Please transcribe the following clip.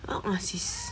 uh uh sis